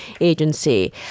Agency